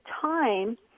time